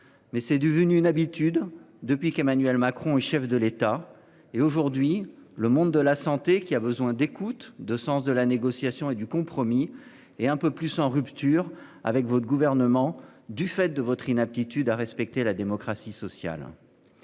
Mais c'est devenu une habitude depuis qu'Emmanuel Macron et chef de l'État et aujourd'hui le monde de la santé qui a besoin d'écoute, de sens de la négociation et du compromis et un peu plus en rupture avec votre gouvernement, du fait de votre inaptitude à respecter la démocratie sociale.